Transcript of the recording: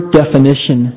definition